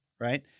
right